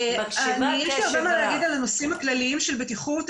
הרבה מה להגיד על הנושאים הכלליים של בטיחות,